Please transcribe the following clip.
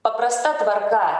paprasta tvarka